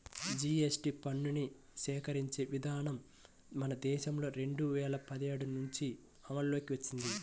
GST పన్నుని సేకరించే విధానం మన దేశంలో రెండు వేల పదిహేడు నుంచి అమల్లోకి వచ్చింది